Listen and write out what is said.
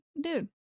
dude